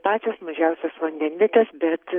pačios mažiausios vandenvietės bet